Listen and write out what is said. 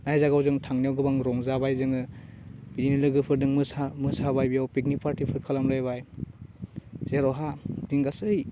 आइ जायगाव जों थांनायाव गोबां रंजाबाय जोङो बिदिनो लोगोफोरजों मोसा मोसाबाय बेयाव पिकनिक पार्टिफोर खालामलायबाय जेरावहा बिदिनो गासै